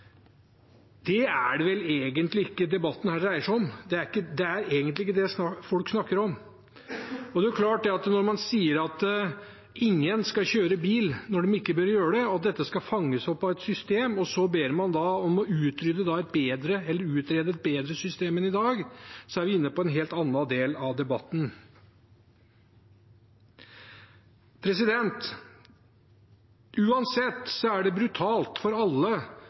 Det er vel egentlig ikke det debatten dreier seg om. Det er ikke det folk snakker om. Når man sier at ingen skal kjøre bil når de ikke bør gjøre det, og at dette skal fanges opp av et system, og så ber om å utrede et bedre system enn i dag, er vi inne på en helt annen del av debatten. Uansett er det brutalt for alle